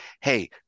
hey